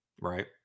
right